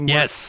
Yes